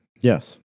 Yes